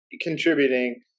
contributing